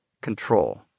control